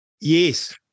Yes